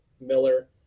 Miller